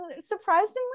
surprisingly